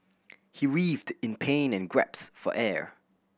he writhed in pain and gasped for air